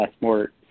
more